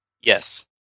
Yes